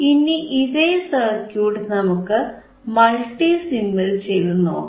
ഇനി ഇതേ സർക്യൂട്ട് നമുക്ക് മൾട്ടിസിമ്മിൽ ചെയ്തുനോക്കാം